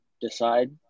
decide